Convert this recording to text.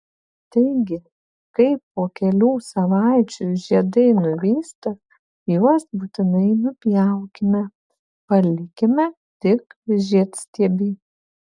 taigi kai po kelių savaičių žiedai nuvysta juos būtinai nupjaukime palikime tik žiedstiebį